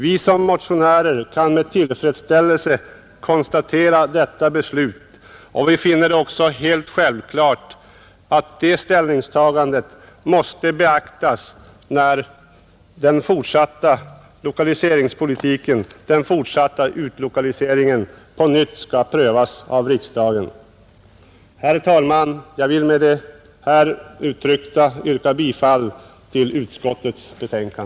Vi motionärer kan med tillfredsställelse konstatera detta beslut, och vi finner det också helt självklart att det ställningstagandet måste beaktas när den fortsatta utlokaliseringen på nytt skall prövas av riksdagen. Herr talman! Jag vill härmed yrka bifall till utskottets hemställan.